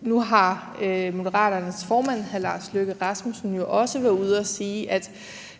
Nu har Moderaternes formand, hr. Lars Løkke Rasmussen, jo også været ude og sige, at